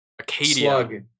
Acadia